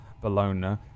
Bologna